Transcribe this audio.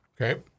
Okay